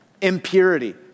impurity